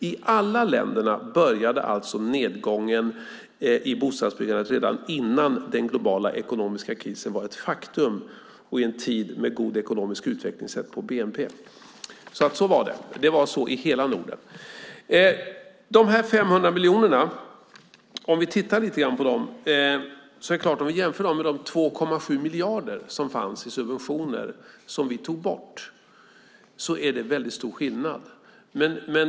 I alla länderna började alltså nedgången i bostadsbyggandet redan innan den global ekonomiska krisen var ett faktum och i en tid med god ekonomisk utveckling sett till bnp. Så var det, och så var det i hela Norden. Vi kan titta lite på dessa 500 miljoner. Om vi jämför dem med de 2,7 miljarder som fanns i subventioner som vi tog bort är det väldigt stor skillnad.